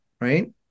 right